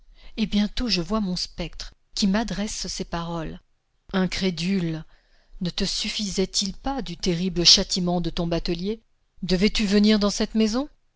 et bientôt je vois mon spectre qui m'adresse ces paroles incrédule ne te suffisait-il pas du terrible châtiment de ton batelier devais tu venir dans cette maison